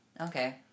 Okay